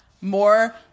more